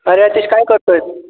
अरे आतिश काय करतो आहेस